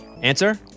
Answer